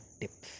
tips